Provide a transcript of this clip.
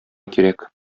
кирәк